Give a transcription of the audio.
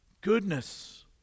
goodness